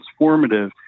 transformative